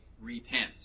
repent